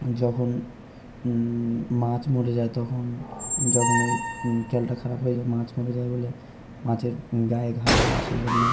যখন মাছ মরে যায় তখন যখন ওই জলটা খারাপ হয়ে যায় মাছ মরে যায় বলে মাছের গায়ে ঘা হয় সেই জন্য